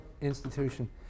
institution